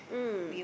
mm